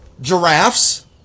giraffes